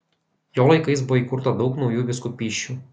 jo laikais buvo įkurta daug naujų vyskupysčių